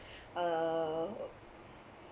err